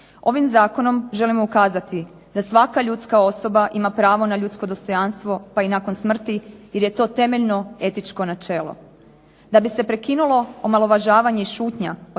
Ovim zakonom želimo ukazati da svaka ljudska osoba ima pravo na ljudsko dostojanstvo pa i nakon smrti jer je to temeljno etičko načelo. Da bi se prekinulo omalovažavanje i šutnja